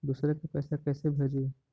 दुसरे के पैसा कैसे भेजी?